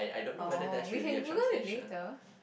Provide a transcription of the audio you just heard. oh we can Google it later